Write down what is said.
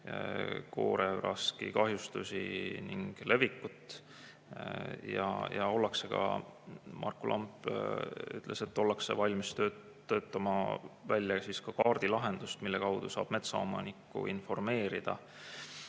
kuuse-kooreüraski kahjustusi ning levikut. Marku Lamp ütles, et ollakse valmis töötama välja ka kaardilahendust, mille kaudu saab metsaomanikku ja ametkondi